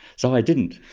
so i didn't.